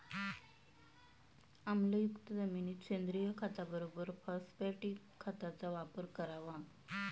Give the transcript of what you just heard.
आम्लयुक्त जमिनीत सेंद्रिय खताबरोबर फॉस्फॅटिक खताचा वापर करावा